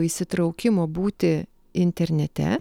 įsitraukimo būti internete